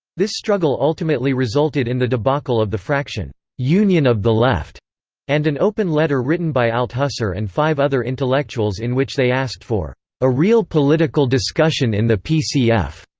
this struggle ultimately resulted in the debacle of the fraction union of the left and an open letter written by althusser and five other intellectuals in which they asked for a real political discussion in the pcf.